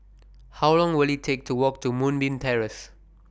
How Long Will IT Take to Walk to Moonbeam Terrace